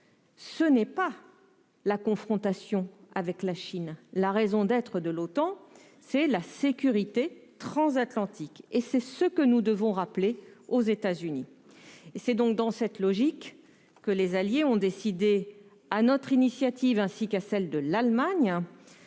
non pas la confrontation avec la Chine, mais la sécurité transatlantique, et c'est ce que nous devons rappeler aux États-Unis. C'est donc dans cette logique que les alliés ont décidé, sur notre initiative, ainsi que sur celle de l'Allemagne,